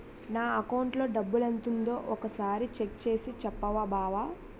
నా అకౌంటులో డబ్బెంతుందో ఒక సారి చెక్ చేసి చెప్పవా బావా